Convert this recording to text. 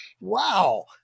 Wow